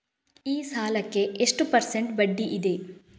ಈ ಸಾಲಕ್ಕೆ ಎಷ್ಟು ಪರ್ಸೆಂಟ್ ಬಡ್ಡಿ ಇದೆ?